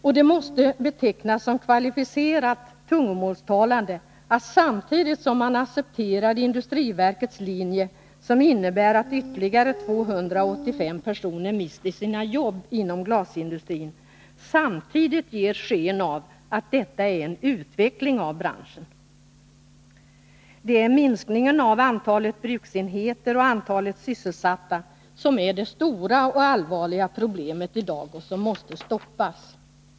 Och det måste betecknas som kvalificerat tungomålstalande att samtidigt som man accepterar industriverkets linje, som innebär att ytterligare 285 personer mister sina jobb inom glasindustrin, ger man också sken av att detta är en utveckling av branschen. Det är minskningen av antalet bruksenheter och antalet sysselsatta som är det stora och allvarliga problemet i dag och som måste stoppas.